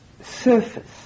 surface